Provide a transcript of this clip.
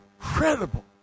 Incredible